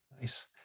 Nice